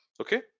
okay